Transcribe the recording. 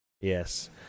Yes